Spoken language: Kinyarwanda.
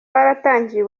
waratangiye